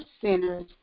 sinners